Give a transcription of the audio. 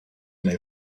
may